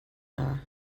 dda